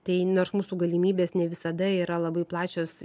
tai nors mūsų galimybės ne visada yra labai plačios